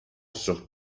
sur